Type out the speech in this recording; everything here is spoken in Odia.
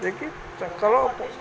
ଯେ କି ଚାଙ୍କର